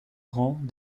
rangs